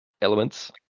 elements